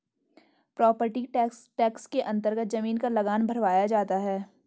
property tax के अन्तर्गत जमीन का लगान भरवाया जाता है